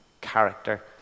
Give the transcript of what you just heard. character